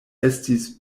estis